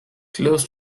close